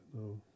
no